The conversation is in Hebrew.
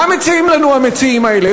מה מציעים לנו המציעים האלה?